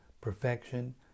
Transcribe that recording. perfection